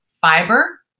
fiber